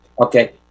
Okay